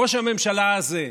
ראש הממשלה הזה,